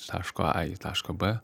taško a į tašką b